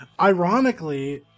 ironically